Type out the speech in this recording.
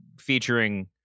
featuring